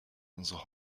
unsere